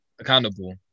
Accountable